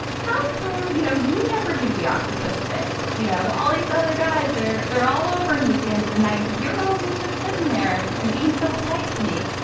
how come you know you never do the octopus thing you know all these other guys there they're all over me at the end of the night you're always just sitting there and and being so polite to me.